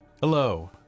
Hello